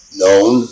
known